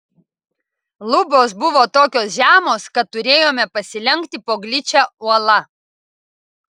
lubos buvo tokios žemos kad turėjome pasilenkti po gličia uola